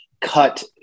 cut